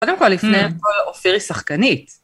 קודם כל ולפני הכל, אופיר היא שחקנית.